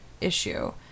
issue